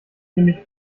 nämlich